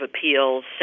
Appeals